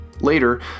Later